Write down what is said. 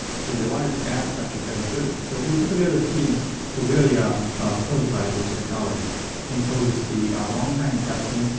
so they wanted to add such a capability, so we put together a team to really ah prototype this technology. it includes the one-time testing,